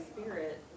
Spirit